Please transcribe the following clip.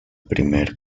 primer